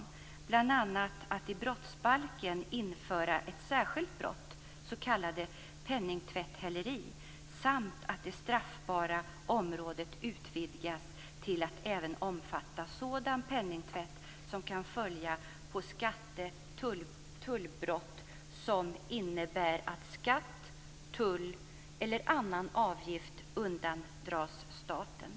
Det gäller bl.a. att i brottsbalken införa ett särskilt brott, s.k. penningtvätthäleri, samt att det straffbara området utvidgas till att även omfatta sådan penningtvätt som kan följa på skatte och tullbrott som innebär att skatt, tull eller annan avgift undandras staten.